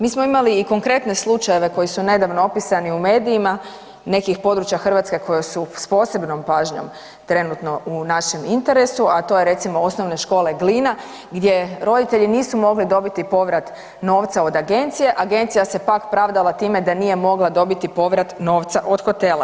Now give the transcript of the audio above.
Mi smo imali i konkretne slučajeve koji su nedavno opisani u medijima, nekih područja Hrvatske koji su s posebnom pažnjom trenutno u našem interesu, a to je recimo OŠ „Glina“ gdje roditelji nisu mogli dobiti povrat novca od agencije, a agencija se pak pravdava time da nije mogla dobiti povrat novca od hotela.